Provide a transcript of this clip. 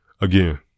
again